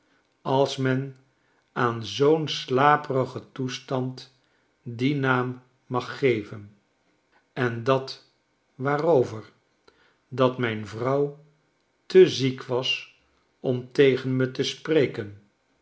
als men aan zoo'n slaperigen toestand dien naam maggeven en dat waarover dat mijn vrouw te ziek was om tegen me te spreken